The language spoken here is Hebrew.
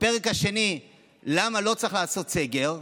ובפרק השני, למה לא צריך לעשות סגר,